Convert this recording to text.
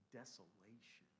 desolation